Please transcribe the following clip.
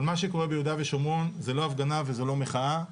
אבל מה שקורה ביהודה ושומרון זה לא הפגנה וזה לא מחאה.